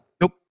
Nope